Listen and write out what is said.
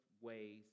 ways